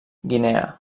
guinea